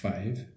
Five